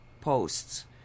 posts